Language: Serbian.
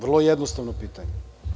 Vrlo jednostavno pitanja.